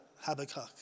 Habakkuk